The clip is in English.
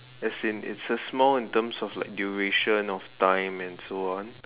as in it's a small in terms of like duration of time and so on